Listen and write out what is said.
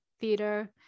theater